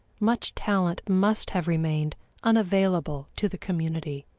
much talent must have remained unavailable to the community,